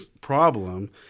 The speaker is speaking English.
problem